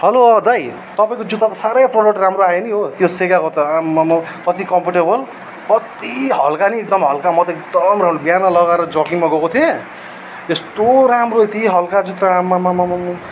hello अँ दाइ तपाईँको जुत्ता त साह्रै प्रोडक्ट राम्रो आयो नि हो त्यो सेगाको त आम्मामा कति कम्फोर्टेबल कति हल्का नि एकदम हल्का म त एकदम राम्रो बिहान लगाएर जगिङ गएको थिएँ यस्तो राम्रो यति हल्का जुत्ता आम्मामामामा